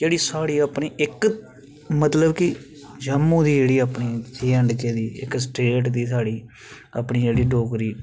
जेह्ड़ी साढ़ी अपनी इक्क मतलब की जम्मू दी जेएंडके दी स्टेट दी अपनी इक्क अपनी जेह्ड़ी डोगरी